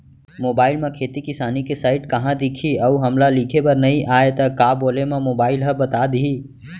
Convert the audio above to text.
Mobile म खेती किसानी के साइट कहाँ दिखही अऊ हमला लिखेबर नई आय त का बोले म मोबाइल ह बता दिही?